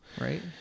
right